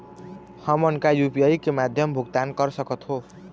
हमन का यू.पी.आई के माध्यम भुगतान कर सकथों?